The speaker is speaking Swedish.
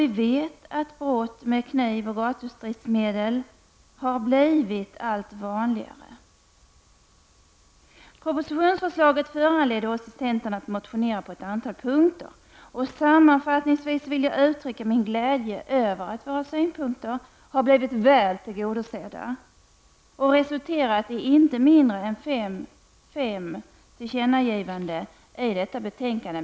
Vi vet också att brott med användande av kniv och andra gatustridsmedel har blivit allt vanligare. Propositionsförslaget föranledde oss i centern att motionera på ett antal punkter. Sammanfattningsvis vill jag uttrycka min glädje över att våra synpunkter har blivit väl beaktade och resulterat i inte mindre än fem tillkännagivanden i detta betänkande.